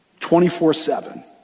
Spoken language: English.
24-7